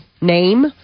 name